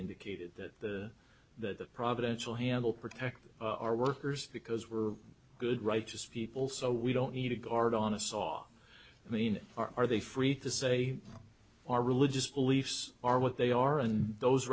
indicated that the providential handle protect our workers because we're good right as people so we don't need a guard on a saw i mean are they free to say our religious beliefs are what they are and those